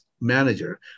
manager